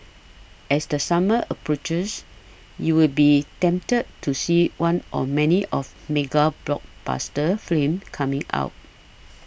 as the summer approaches you will be tempted to see one or many of mega blockbuster films coming out